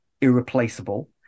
irreplaceable